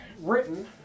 written